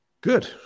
Good